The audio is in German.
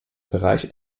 bereich